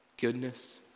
goodness